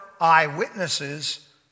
eyewitnesses